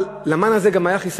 אבל למן הזה היה גם חיסרון.